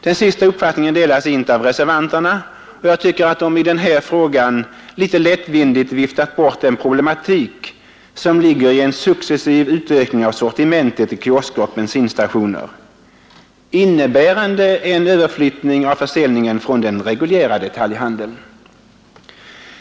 Den sista uppfattningen delas inte av reservanterna, och jag tycker att de i den här frågan litet lättvindigt har viftat bort den problematik som ligger i en successiv utökning av sortimentet i kiosker och bensinstationer, innebärande en överflyttning av försäljningen från den reguljära detaljhandeln.